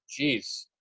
Jeez